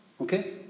okay